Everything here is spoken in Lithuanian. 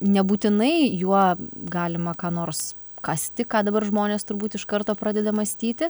nebūtinai juo galima ką nors kasti ką dabar žmonės turbūt iš karto pradeda mąstyti